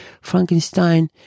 Frankenstein